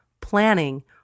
planning